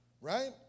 right